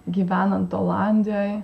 gyvenant olandijoj